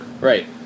Right